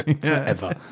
forever